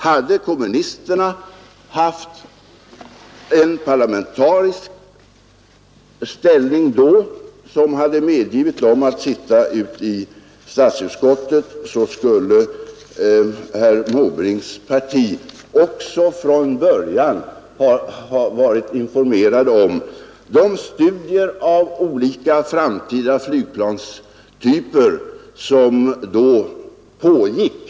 Hade kommunisterna haft en parlamentarisk ställning då, som hade medgivit dem att sitta i statsutskottet, skulle herr Måbrinks parti också från början ha varit informerat om de studier av olika framtida flygplanstyper som då pågick.